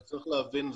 צריך להבין,